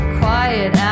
quiet